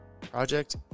Project